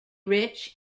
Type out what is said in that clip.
rich